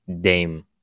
Dame